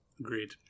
Agreed